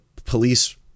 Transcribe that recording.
police